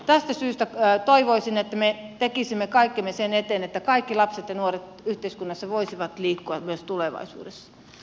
tästä syystä toivoisin että me tekisimme kaikkemme sen eteen että kaikki lapset ja nuoret yhteiskunnassa voisivat liikkua myös tulevaisuudessa